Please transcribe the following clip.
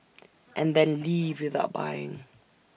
and then leave without buying